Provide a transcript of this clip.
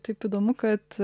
taip įdomu kad